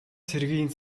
цэргийн